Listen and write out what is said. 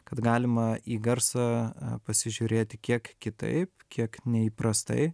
kad galima į garsą a pasižiūrėti kiek kitai kiek neįprastai